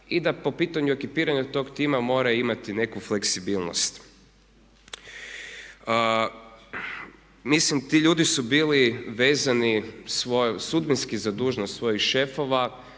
i da po pitanju ekipiranja tog tima mora imati neku fleksibilnost. Mislim ti ljudi su bili vezani sudbinski za dužnost svojih šefova